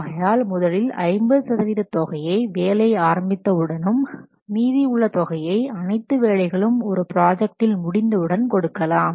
ஆகையால் முதலில் 50 சதவீத தொகையை வேலை ஆரம்பித்த உடனும் மீதி உள்ள தொகையை அனைத்து வேலைகளும் ஒரு ப்ராஜெக்டில் முடிந்த உடன் கொடுக்கலாம்